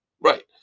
right